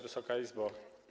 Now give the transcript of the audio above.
Wysoka Izbo!